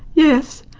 yes,